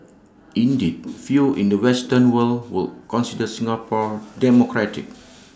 indeed few in the western world would consider Singapore democratic